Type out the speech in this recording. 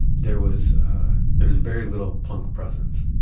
there was there was very little punk presence.